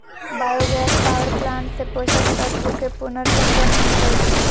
bio gas power plant से पोषक तत्वके पुनर्चक्रण हो जाइ छइ